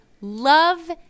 love